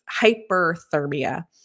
hyperthermia